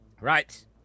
right